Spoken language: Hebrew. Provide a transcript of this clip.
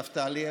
נפתלי,